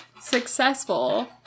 successful